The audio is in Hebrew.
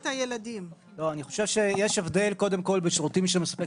אני חושב שיש הבדל קודם כל בשירותים שמספק